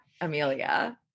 Amelia